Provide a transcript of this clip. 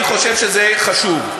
אני חושב שזה חשוב.